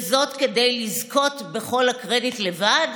וזאת כדי לזכות בכל הקרדיט לבד?